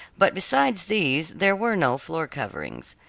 but besides these, there were no floor coverings.